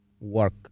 work